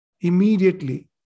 immediately